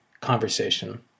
conversation